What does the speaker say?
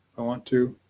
i want to